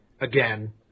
again